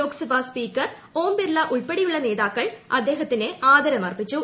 Lok Sabha speaker Om Birla ഉൾപ്പെടെയുള്ള നേതാക്കൾ അദ്ദേഹത്തിന് ആദരമർപ്പിച്ചു